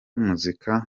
muzika